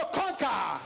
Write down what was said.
conquer